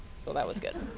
so that was good.